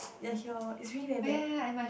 ya here it's really very bad